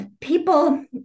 people